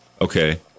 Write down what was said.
Okay